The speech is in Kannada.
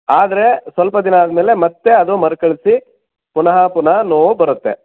ಆದರೆ ಸ್ವಲ್ಪ ದಿನ ಆದಮೇಲೆ ಮತ್ತೆ ಅದು ಮರುಕಳಿಸಿ ಪುನಃ ಪುನಃ ನೋವು ಬರುತ್ತೆ